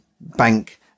bank